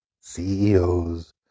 CEOs